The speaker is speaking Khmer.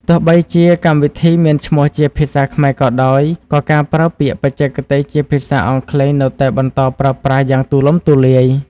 ទោះបីជាកម្មវិធីមានឈ្មោះជាភាសាខ្មែរក៏ដោយ ក៏ការប្រើពាក្យបច្ចេកទេសជាភាសាអង់គ្លេសនៅតែបន្តប្រើប្រាស់យ៉ាងទូលំទូលាយ។